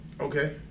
Okay